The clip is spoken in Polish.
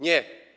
Nie.